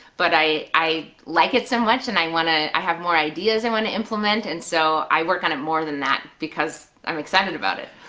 but i i like it so much and i wanna, i have more ideas i and wanna implement and so i work on it more than that because i'm excited about it.